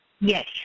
Yes